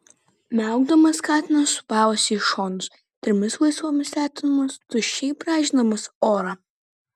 miaukdamas katinas sūpavosi į šonus trimis laisvomis letenomis tuščiai braižydamas orą